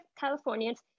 Californians